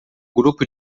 grupo